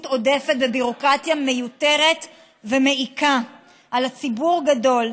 עודפת בביורוקרטיה מיותרת ומעיקה על ציבור גדול.